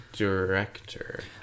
Director